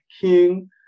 king